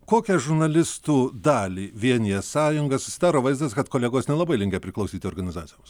kokią žurnalistų dalį vienija sąjunga susidaro vaizdas kad kolegos nelabai linkę priklausyti organizacijoms